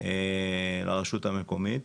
לרשות המקומית.